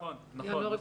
נכון.